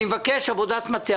אני מבקש עבודת מטה.